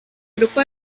grupo